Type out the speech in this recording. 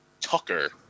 Tucker